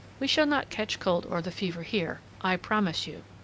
we shall not catch cold or the fever here, i promise you.